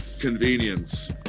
convenience